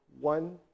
one